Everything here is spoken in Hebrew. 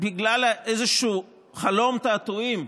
בגלל איזשהו חלום תעתועים.